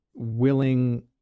willing